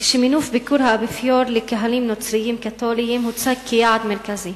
כשמינוף ביקור האפיפיור לקהלים נוצריים קתוליים הוצג כיעד מרכזי.